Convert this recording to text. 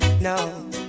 No